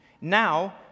Now